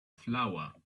flower